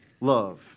love